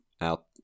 out